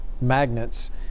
magnets